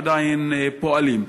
עדיין פועלים?